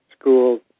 schools